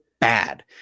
bad